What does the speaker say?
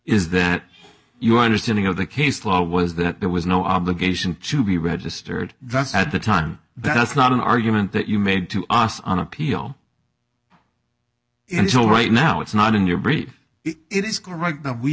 is that you understanding of the case law was that there was no obligation to be registered that's at the time that's not an argument that you made to us on appeal it's all right now it's not in your brief it is correct that we